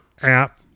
app